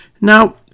Now